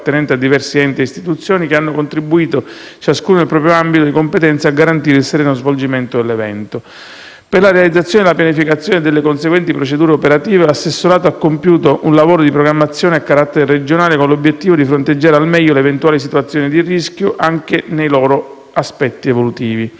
appartenente a diversi enti e istituzioni, che hanno contribuito, ciascuno nel proprio ambito di competenza, a garantire il sereno svolgimento dell'evento. Per la realizzazione della pianificazione e delle conseguenti procedure operative, l'assessorato ha compiuto un lavoro di programmazione a carattere regionale, con l'obiettivo di fronteggiare al meglio le eventuali situazioni di rischio, anche nei loro aspetti evolutivi.